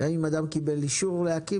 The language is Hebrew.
שגם אם אדם קיבל אישור להקים,